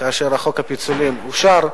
כאשר חוק הפיצולים אושר,